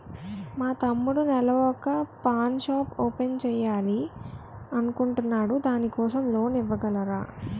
మా తమ్ముడు నెల వొక పాన్ షాప్ ఓపెన్ చేయాలి అనుకుంటునాడు దాని కోసం లోన్ ఇవగలరా?